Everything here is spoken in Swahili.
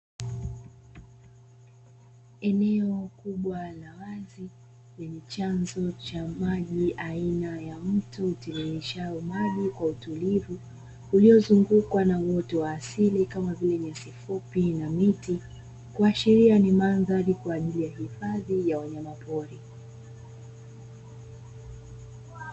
Eneo kubwa la wazi lenye chanzo cha maji aina ya mto utiririshao maji kwa utulivu uliozungukwa na uoto wa asili kama vile nyasi fupi na miti kwa kuashiria ni madhari kwa ajili ya hifadhi ya wanyamapori.